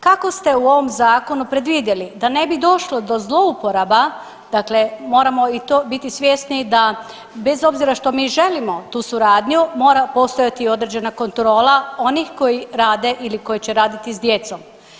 Kako ste u ovom zakonu predvidjeli da ne bi došlo do zlouporaba, dakle moramo i to biti svjesni da bez obzira što mi želimo tu suradnju mora postojati određena kontrola onih koji rade ili koji će raditi s djecom?